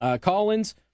Collins